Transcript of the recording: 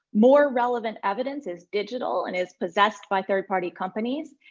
more relevant evidence is digital and is possessed by third party companies.